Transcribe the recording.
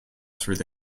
through